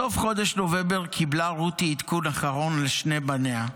בסוף חודש נובמבר קיבלה רותי עדכון אחרון על שני בניה.